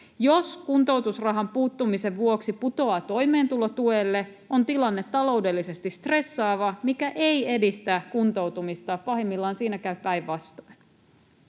Jos kuntoutusrahan puuttumisen vuoksi putoaa toimeentulotuelle, on tilanne taloudellisesti stressaava, mikä ei edistä kuntoutumista. Pahimmillaan siinä käy päinvastoin.